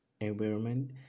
environment